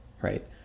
right